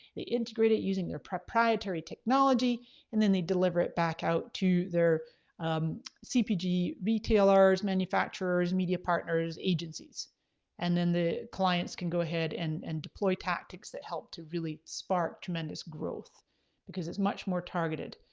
they integrate it using their proprietary technology and then they deliver it back out to their cpg retailers, manufacturers, media partners, agencies and then the clients can go ahead and and deploy tactics that help to really spark tremendous growth because it's much more targeted.